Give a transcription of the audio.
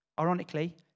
ironically